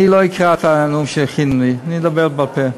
אני לא אקרא את הנאום שהכינו לי, אני אדבר בעל-פה.